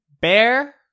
bear-